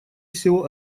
всего